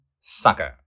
sucker